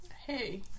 Hey